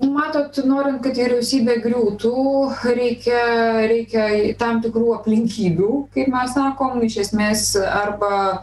matot norint kad vyriausybė griūtų reikia reikia tam tikrų aplinkybių kaip mes sakom iš esmės arba